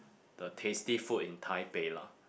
the tasty food in Taipei lah